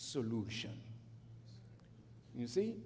solution you see